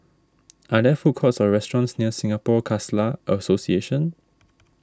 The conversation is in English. are there food courts or restaurants near Singapore Khalsa Association